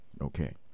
Okay